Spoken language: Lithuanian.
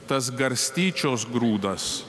tas garstyčios grūdas